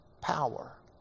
power